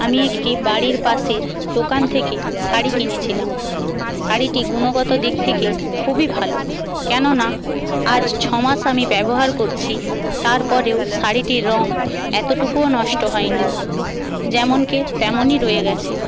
আমি একটি বাড়ির পাশের দোকান থেকে শাড়ি কিনেছিলাম শাড়িটি গুনগত দিক থেকে খুবই ভালো কেননা আজ ছমাস আমি ব্যবহার করছি তারপরেও শাড়িটির রঙ এতটুকুও নষ্ট হয়নি যেমনকে তেমনই রয়ে গেছে